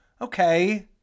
Okay